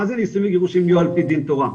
מה זה נישואין וגירושין יהיו עפ"י דין תורה?